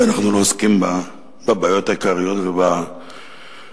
ואנחנו לא עוסקים בבעיות העיקריות ובדברים